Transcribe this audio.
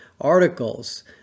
articles